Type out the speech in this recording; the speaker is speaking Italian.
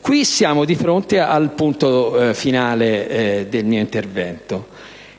Qui siamo di fronte al punto finale del mio intervento: